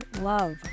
love